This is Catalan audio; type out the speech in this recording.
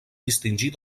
distingir